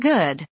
Good